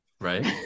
Right